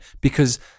Because-